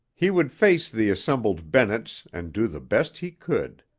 he would face the assembled bennetts and do the best he could.